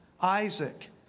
Isaac